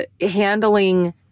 handling